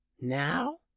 Now